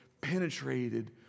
penetrated